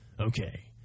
Okay